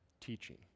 teaching